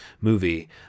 movie